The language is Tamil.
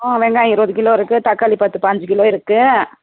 ஆ வெங்காயம் இருபது கிலோ இருக்குது தக்காளி பத்து பயஞ்சு கிலோ இருக்குது